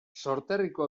sorterriko